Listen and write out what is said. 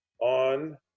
on